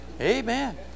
Amen